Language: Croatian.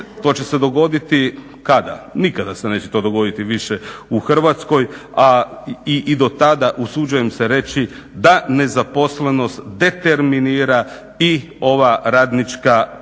To će se dogoditi kada, nikada se neće to dogoditi više u Hrvatskoj, a i do tada usuđujem se reći da nezaposlenost determinira i ova radnička prava.